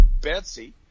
Betsy